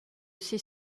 ses